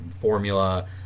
formula